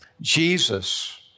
Jesus